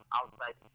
outside